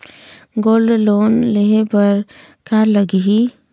Gold loan लेहे बर का लगही?